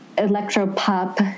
electro-pop